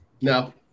No